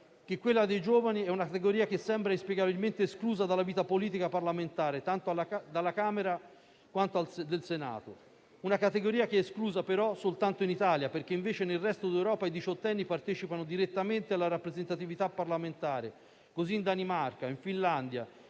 che quella dei giovani è una categoria che sembra inspiegabilmente esclusa dalla vita politica parlamentare, tanto alla Camera, quanto al Senato. È una categoria esclusa soltanto in Italia perché, invece, nel resto dell'Europa i diciottenni partecipano direttamente alla rappresentatività parlamentare. È così in Danimarca, Finlandia,